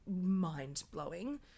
mind-blowing